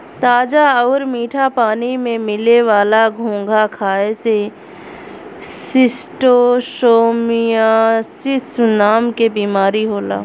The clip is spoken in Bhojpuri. ताजा आउर मीठा पानी में मिले वाला घोंघा खाए से शिस्टोसोमियासिस नाम के बीमारी होला